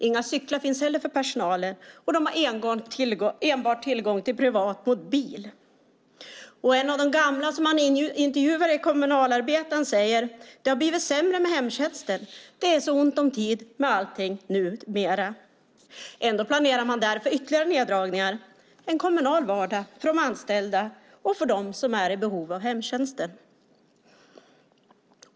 Inga cyklar finns heller för personalen; de har enbart tillgång till privat mobil. En av de gamla som intervjuades i Kommunalarbetaren säger: Det har blivit sämre med hemtjänsten, det är så ont om tid med allting numera. Ändå planeras för ytterligare neddragningar - en kommunal vardag för de anställda och för dem som är i behov av hemtjänsten.